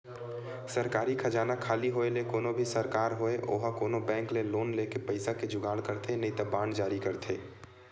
सरकारी खजाना खाली होय ले कोनो भी सरकार होय ओहा कोनो बेंक ले लोन लेके पइसा के जुगाड़ करथे नइते बांड जारी करथे